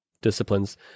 disciplines